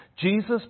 Jesus